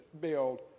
build